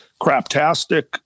craptastic